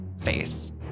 face